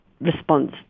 response